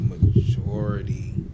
Majority